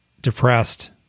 depressed